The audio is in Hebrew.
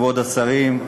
כבוד השרים,